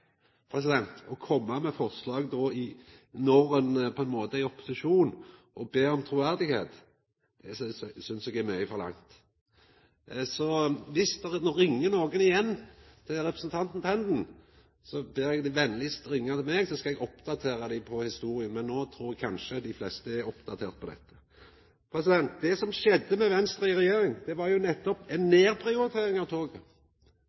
å komma med forslag om det når ein er i opposisjon, og be om truverde, synest eg er mykje forlangt. Så om dei ringjer igjen til representanten Tenden, ber eg dei vera så venlige å ringja til meg, så skal eg oppdatera dei på historia – men no trur eg kanskje dei fleste er oppdaterte. Det som skjedde med Venstre i regjering, var nettopp ei nedprioritering av toget. Blant anna samarbeidde dei med Framstegspartiet om budsjetta, og Framstegspartiet var imot toget. Dei såg på toget